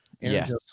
Yes